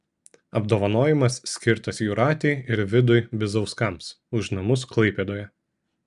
apdovanojimas skirtas jūratei ir vidui bizauskams už namus klaipėdoje